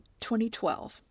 2012